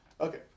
Okay